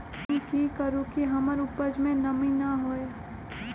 हम की करू की हमर उपज में नमी न होए?